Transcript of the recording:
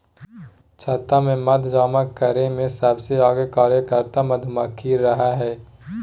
छत्ता में मध जमा करे में सबसे आगे कार्यकर्ता मधुमक्खी रहई हई